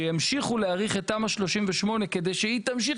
שימשיכו להאריך את תמ"א 38 כדי שהיא תמשיך